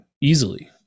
easily